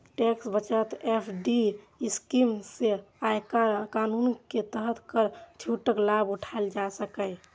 tax बचत FD scheme सं आयकर कानून के तहत कर छूटक लाभ उठाएल जा सकैए